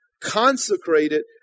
consecrated